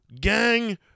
gang